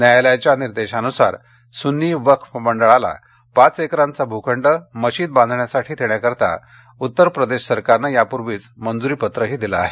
न्यायालयाच्या निर्देशांनुसार सुन्नी वक्फ मंडळाला पाच एकरांचा भूखंड मशिद बांधण्यासाठी देण्याकरिता उत्तर प्रदेश सरकारनं यापूर्वीच मंजुरी पत्र दिलं आहे